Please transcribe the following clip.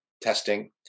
testing